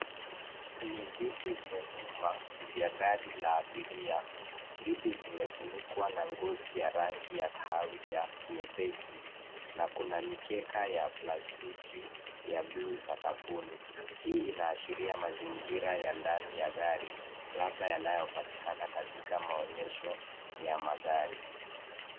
Ni viti vya nyuma vya gari la abiria, viti vimefunukwa na ngozi ya rangi ya kahawia nyepesi na kuna mikeka ya plastiki ya bluu sakafuni. Hii inaashiria mazingira ya ndani ya gari labda yanayopatikana katika maonyesho ya magari.